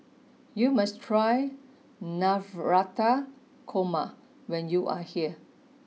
you must try Navratan Korma when you are here